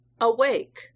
Awake